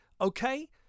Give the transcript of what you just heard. Okay